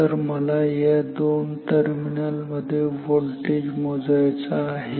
तर मला या दोन टर्मिनल मध्ये व्होल्टेज मोजायचा आहे